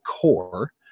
core